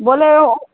Bolero